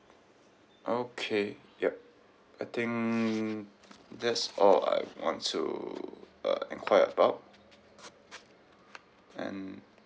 okay yup I think that's all I want to uh enquire about and